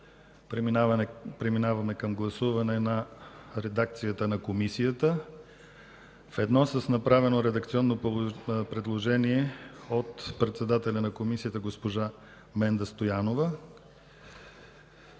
преминаваме към гласуване на редакцията на Комисията ведно с направеното редакционно предложение от нейния председател госпожа Менда Стоянова,